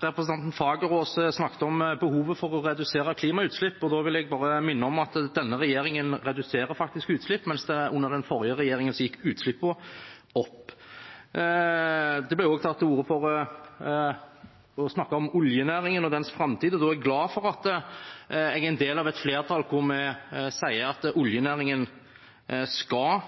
Representanten Fagerås snakket om behovet for å redusere klimautslipp, og da vil jeg bare minne om at denne regjeringen faktisk reduserer utslipp, mens under den forrige regjeringen gikk utslippene opp. Det ble også tatt til orde for å snakke om oljenæringen og dens framtid, og da er jeg glad for at jeg er en del av et flertall hvor vi sier at oljenæringen skal